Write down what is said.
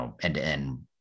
end-to-end